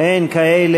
אין כאלה.